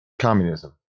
Communism